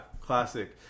classic